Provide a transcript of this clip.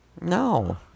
No